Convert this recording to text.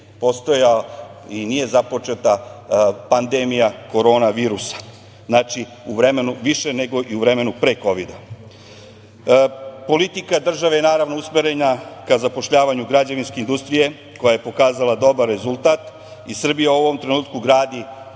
i nije započeta pandemija korona virusa. Znači, više nego i u vremenu pre Kovida. Politika države je naravno usmerena ka zapošljavanju građevinske industrije, koja je pokazala dobar rezultat i Srbija u ovom trenutku gradi